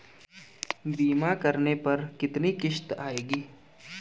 बीमा करने पर कितनी किश्त आएगी?